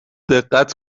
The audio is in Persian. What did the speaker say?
دقت